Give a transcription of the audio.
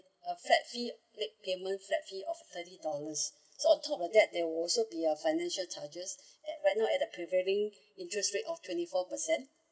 a flat fee late payment flat fee of thirty dollars so on top of that there will be also a financial charges at right now at the preferring interest rate of twenty four percent